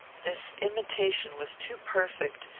this imitation was too perfect,